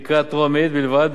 בקריאה טרומית בלבד,